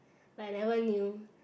like never knew